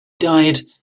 died